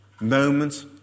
moment